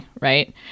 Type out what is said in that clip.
Right